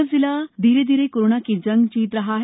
नीमच जिला धीरे धीरे कोरोना की जंग जीत रहा है